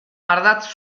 ardatz